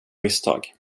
misstag